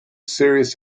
serious